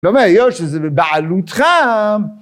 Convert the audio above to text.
לא אומר, יו, שזה בבעלותך.